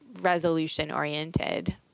resolution-oriented